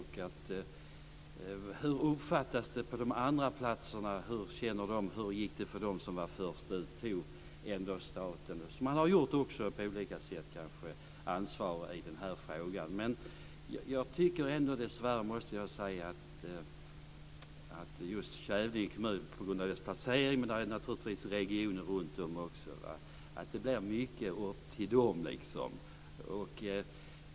Hur uppfattas det på de andra platserna? Hur känner de? Hur gick det för dem som var först ut när staten, som man också kanske har gjort på olika sätt, tog ansvar i den här frågan? Jag tycker ändå dessvärre att det på grund på Kävlinge kommuns placering - det finns naturligtvis också regioner runt om - blir mycket upp till kommunen.